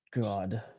God